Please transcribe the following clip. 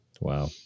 Wow